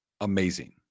amazing